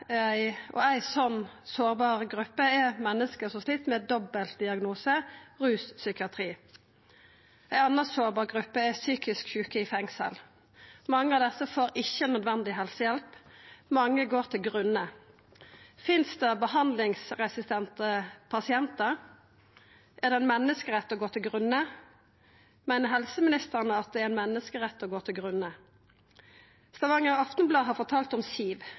sårbare, og ei slik sårbar gruppe er menneske som slit med dobbeltdiagnosen rus og psykiatri. Ei anna sårbar gruppe er psykisk sjuke i fengsel. Mange av desse får ikkje nødvendig helsehjelp. Mange går til grunne. Finst det behandlingsresistente pasientar? Er det ein menneskerett å gå til grunne? Meiner helseministeren at det er ein menneskerett å gå til grunne? Stavanger Aftenblad har fortalt om